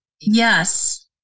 Yes